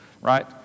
right